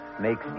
Makes